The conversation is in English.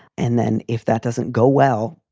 and then if that doesn't go well,